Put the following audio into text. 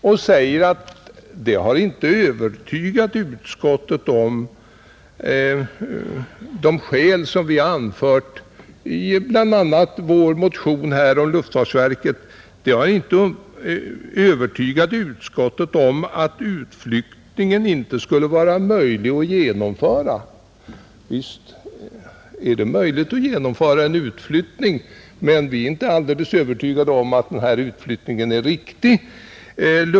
Utskottet säger att bl.a. de skäl som vi anfört i vår motion om luftfartsverket inte övertygat utskottet om att utflyttningen inte skulle vara möjlig att genomföra, Visst är det möjligt att genomföra en utflyttning, men vi är inte övertygade om att utflyttningen är riktig.